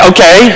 Okay